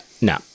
No